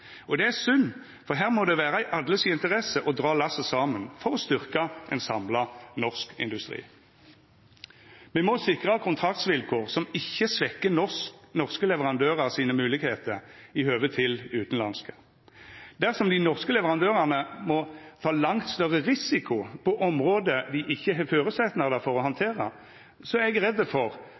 Og det er synd, for her må det vera i alle si interesse å dra lasset saman for å styrkja ein samla norsk industri. Me må sikra kontraktsvilkår som ikkje svekkjer norske leverandørar sine moglegheiter i høve til utanlandske. Dersom dei norske leverandørane må ta langt større risiko på område dei ikkje har føresetnader for å handtera, er eg redd for